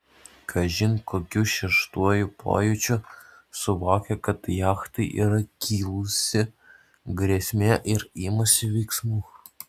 kažin kokiu šeštuoju pojūčiu suvokia kad jachtai yra kilusi grėsmė ir imasi veiksmų